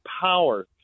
power